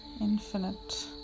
infinite